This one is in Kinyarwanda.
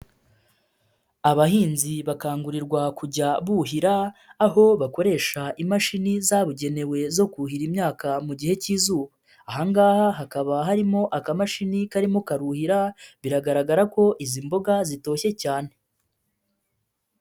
Abahinzi bakangurirwa kujya buhira aho bakoresha imashini zabugenewe zo kuhira imyaka mu gihe cy'izuba, aha ngaha hakaba harimo akamashini karimo karuhira biragaragara ko izi mboga zitoshye cyane.